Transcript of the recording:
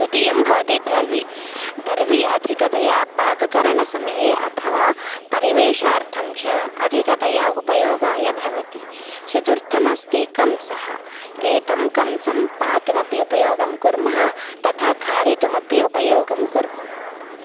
तृतीयं भवति दर्वी धर्वी अधिकतया पाककरणसमये अथवा परिवेशार्थञ्च अधिकतया उपयोगाय भवति चतुर्थमस्ति कंसः एतं कंसं पातुमपि उपयोगं कुर्मः तथा खादितुम् अपि उपयोगं कुर्मः